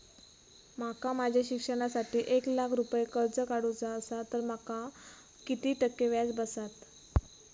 माका माझ्या शिक्षणासाठी एक लाख रुपये कर्ज काढू चा असा तर माका किती टक्के व्याज बसात?